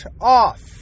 off